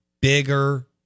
bigger